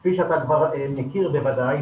כפי שאתה כבר מכיר בוודאי,